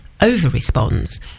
over-responds